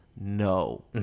No